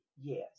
Yes